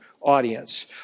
audience